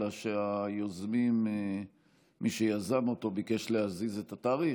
אלא שמי שיזם אותו ביקש להזיז את התאריך.